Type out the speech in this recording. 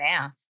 mouth